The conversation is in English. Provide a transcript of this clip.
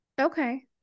Okay